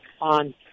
on